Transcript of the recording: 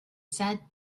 said